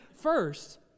first